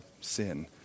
sin